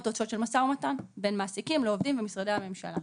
תוצאות של משא ומתן בין מעסיקים לעובדים ולמשרדי ממשלה.